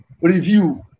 review